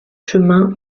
chemin